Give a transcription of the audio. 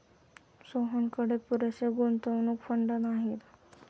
सोहनकडे पुरेसे गुंतवणूक फंड नाहीत